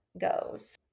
goes